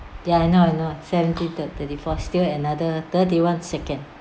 there are now not seventy until thirty-four still another thirty-one second